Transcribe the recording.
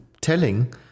telling